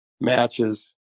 matches